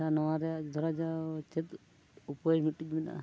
ᱟᱪᱪᱷᱟ ᱱᱚᱣᱟ ᱨᱮᱭᱟᱜ ᱫᱷᱚᱨᱟᱡᱟᱣ ᱪᱮᱫ ᱩᱯᱟᱹᱭ ᱢᱤᱫᱴᱤᱡ ᱢᱮᱱᱟᱜᱼᱟ